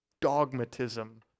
dogmatism